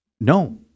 no